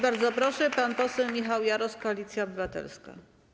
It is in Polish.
Bardzo proszę, pan poseł Michał Jaros, Koalicja Obywatelska.